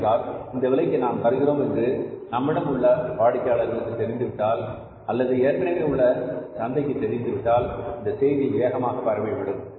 ஏனென்றால் இந்த விலைக்கு நாம் தருகிறோம் என்று நம்மிடம் உள்ள வாடிக்கையாளர்களுக்கு தெரிந்துவிட்டால் அல்லது ஏற்கனவே உள்ள சந்தைகளுக்கு தெரிந்துவிட்டால் இந்த செய்தி வேகமாக பரவி விடும்